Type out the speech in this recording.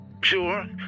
sure